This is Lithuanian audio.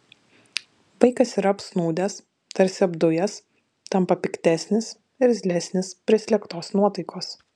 vaikas yra apsnūdęs tarsi apdujęs tampa piktesnis irzlesnis prislėgtos nuotaikos